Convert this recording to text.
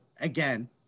again